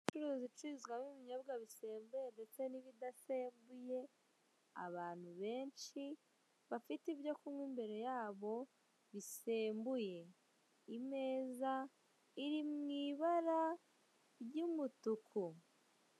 Inzu icururizwamo ibinyobwa bisembuye ndetse n'ibidasembuye abantu benshi bafite ibyo kunywa imbere yabo bisembuye, imeza iri mu ibara ry'umutuku